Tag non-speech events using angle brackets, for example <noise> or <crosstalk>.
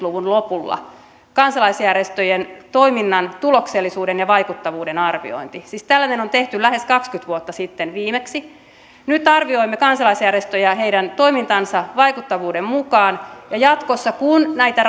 <unintelligible> luvun lopulla kansalaisjärjestöjen toiminnan tuloksellisuuden ja vaikuttavuuden arviointi siis tällainen on tehty lähes kaksikymmentä vuotta sitten viimeksi nyt arvioimme kansalaisjärjestöjä heidän toimintansa vaikuttavuuden mukaan ja jatkossa kun näitä <unintelligible>